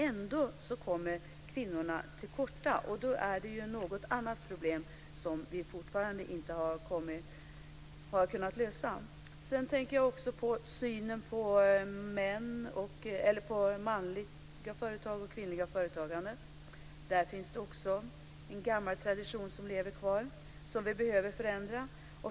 Ändå kommer kvinnorna till korta. Då är det något annat problem, som vi fortfarande inte har kunnat lösa. Jag tänker också på synen på manliga företag och kvinnligt företagande, där det också finns en gammal tradition som lever kvar som vi behöver förändra.